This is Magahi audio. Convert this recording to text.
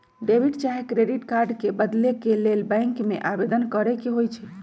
डेबिट चाहे क्रेडिट कार्ड के बदले के लेल बैंक में आवेदन करेके होइ छइ